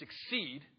succeed